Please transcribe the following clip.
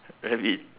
rabbit